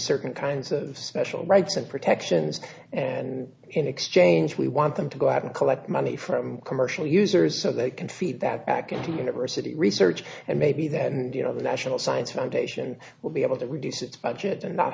certain kinds of special rights and protections and in exchange we want them to go out and collect money from commercial users so they can feed that back into university research and maybe then you know the national science foundation will be able to reduce its budget and not